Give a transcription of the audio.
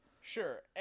Sure